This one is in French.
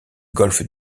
golfe